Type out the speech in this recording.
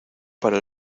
para